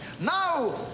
Now